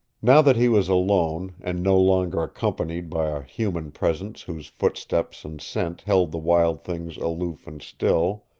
now that he was alone, and no longer accompanied by a human presence whose footsteps and scent held the wild things aloof and still,